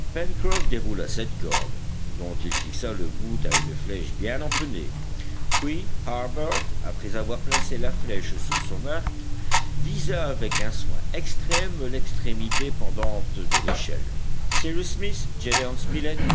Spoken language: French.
pencroff déroula cette corde dont il fixa le bout à une flèche bien empennée puis harbert après avoir placé la flèche sur son arc visa avec un soin extrême l'extrémité pendante de l'échelle cyrus smith